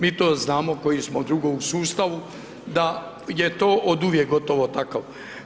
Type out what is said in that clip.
Mi to znamo, koji smo dugo u sustavu, da je to oduvijek gotovo takav.